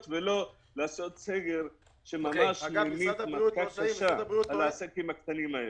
ולא לעשות סגר שממש ממיט מכה קשה על העסקים הקטנים האלה.